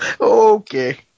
Okay